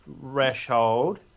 threshold